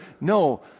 no